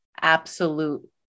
absolute